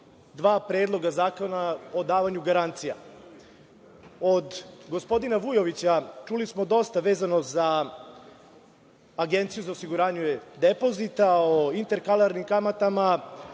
dva predloga zakona o davanju garancija. Od gospodina Vujovića čuli smo dosta vezano za Agenciju za osiguranje depozita, o interkalarnim kamatama